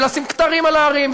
ולשים כתרים על הערים,